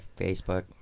Facebook